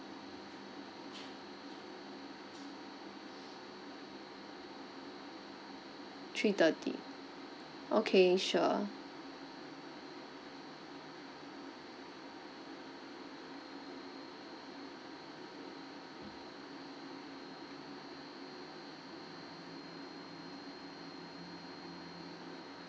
three thirty okay sure